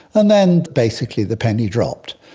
and then basically the penny dropped.